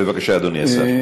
בבקשה, אדוני השר.